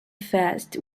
fest